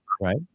right